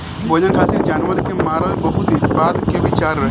भोजन खातिर जानवर के मारल बहुत बाद के विचार रहे